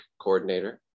coordinator